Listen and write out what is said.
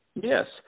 Yes